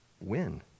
win